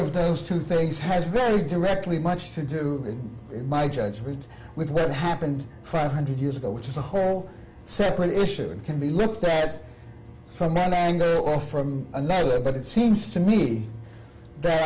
of those two things has very directly much to do in my judgment with what happened five hundred years ago which is a whole separate issue and can be looked at from mangere all from an ad lib but it seems to me that